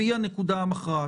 והיא הנקודה המכרעת,